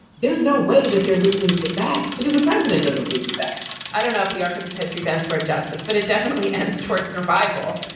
there's no way that they're listening to facts because the president doesn't believe it best i don't know if the arc of history bends toward justice, but it definitely ends towards survival.